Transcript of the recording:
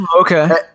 okay